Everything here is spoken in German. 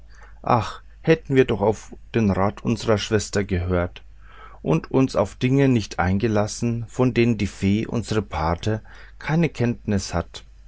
ach hätten wir doch auf den rat unserer schwester gehört und uns auf dinge nicht eingelassen von denen die fee unsere pate keine kenntnis hat